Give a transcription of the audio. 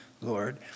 Lord